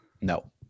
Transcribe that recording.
no